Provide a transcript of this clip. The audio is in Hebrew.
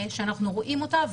שאנחנו רואים אותה.